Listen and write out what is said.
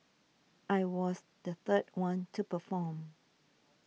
I was the third one to perform